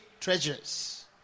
treasures